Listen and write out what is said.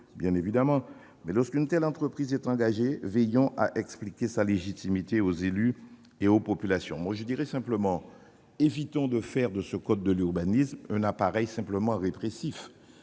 bien évidemment, mais lorsqu'une telle entreprise est engagée, veillons à expliquer sa légitimité aux élus et aux populations. Évitons de faire de ce code de l'urbanisme un appareil simplement répressif.